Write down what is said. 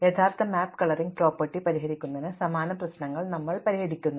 യഥാർത്ഥ map colouring property പരിഹരിക്കുന്നതിന് സമാനമായ പ്രശ്നങ്ങൾ ഞങ്ങൾ പരിഹരിക്കുന്നു